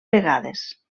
vegades